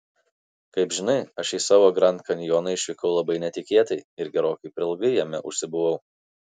kaip žinai aš į savo grand kanjoną išvykau labai netikėtai ir gerokai per ilgai jame užsibuvau